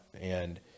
And-